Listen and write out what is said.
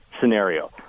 scenario